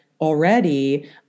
already